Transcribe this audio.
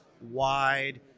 wide